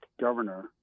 governor